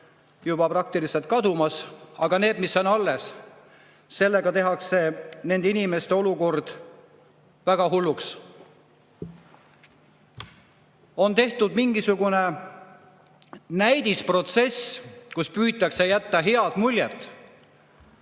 juba praktiliselt kadumas, aga osa on alles. Sellega tehakse nende inimeste olukord väga hulluks. On tehtud mingisugune näidisprotsess, kus püütakse jätta head muljet.